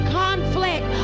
conflict